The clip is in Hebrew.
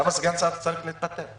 למה סגן שר צריך להתפטר?